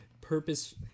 purpose